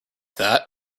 that